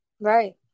right